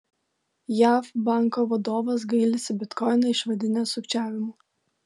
jav banko vadovas gailisi bitkoiną išvadinęs sukčiavimu